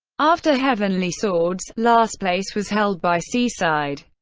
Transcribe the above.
after heavenly swords, last place was held by seaside.